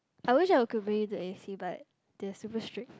I wish I could you to A_C but they are super strict